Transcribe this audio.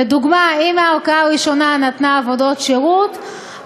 לדוגמה: אם הערכאה הראשונה נתנה עבודות שירות,